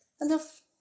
enough